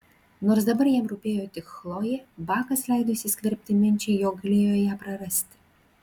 nors dabar jam rūpėjo tik chlojė bakas leido įsiskverbti minčiai jog galėjo ją prarasti